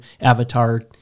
avatar